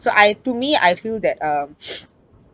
so I to me I feel that um